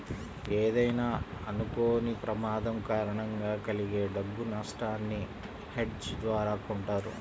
ఏదైనా అనుకోని ప్రమాదం కారణంగా కలిగే డబ్బు నట్టాన్ని హెడ్జ్ ద్వారా కొంటారు